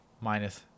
minus